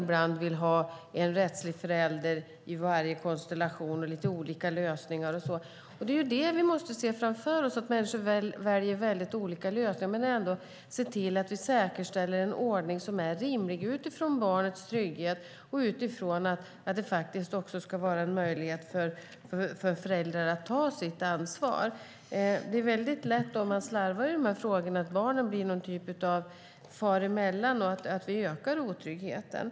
Ibland vill man ha en rättslig förälder i varje konstellation. Det finns lite olika lösningar. Vi måste inse att människor väljer olika lösningar och samtidigt se till att vi säkerställer en ordning som, vad gäller barnets trygghet, är rimlig samt att föräldrar ska ha möjlighet att ta sitt ansvar. Om man slarvar med dessa frågor är det lätt hänt att barnet blir något som far emellan föräldrarna och vi ökar otryggheten.